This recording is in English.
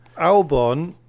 Albon